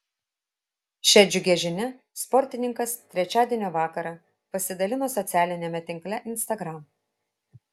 šia džiugia žinia sportininkas trečiadienio vakarą pasidalino socialiniame tinkle instagram